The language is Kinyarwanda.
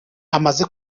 amaze